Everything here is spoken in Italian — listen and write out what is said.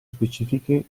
specifiche